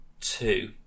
two